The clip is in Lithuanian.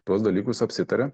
tuos dalykus apsitaria